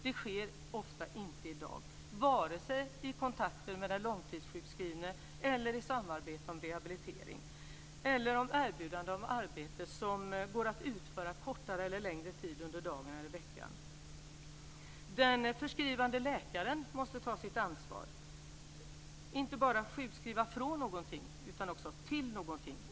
Det sker ofta inte i dag, vare sig i kontakter med den långtidssjukskrivne, i samarbete om rehabilitering eller i form av erbjudande om arbete som går att utföra kortare eller längre tid under dagen eller veckan. Den förskrivande läkaren måste ta sitt ansvar och inte bara sjukskriva från någonting utan även till någonting.